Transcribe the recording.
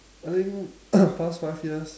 I think past five years